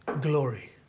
glory